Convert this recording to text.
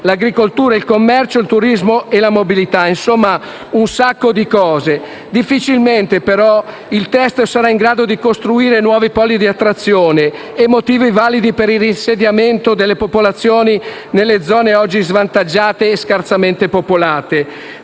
l'agricoltura, il commercio, il turismo e la mobilità. Difficilmente, però, il presente testo sarà in grado di costruire nuovi poli di attrazione e motivi validi per il reinsediamento delle popolazioni nelle zone oggi svantaggiate e scarsamente popolate.